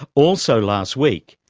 also last week,